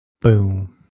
boom